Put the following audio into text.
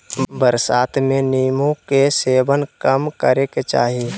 बरसात में नीम्बू के सेवन कम करे के चाही